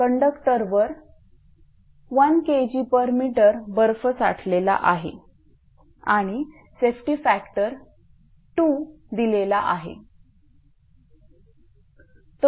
कंडक्टरवर 1 Kgm बर्फ साठवलेला आहे आणि सेफ्टी फॅक्टर 2दिला आहे